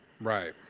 Right